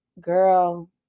girl